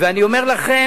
ואני אומר לכם,